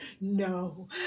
no